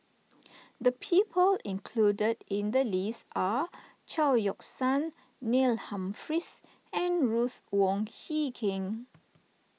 the people included in the list are Chao Yoke San Neil Humphreys and Ruth Wong Hie King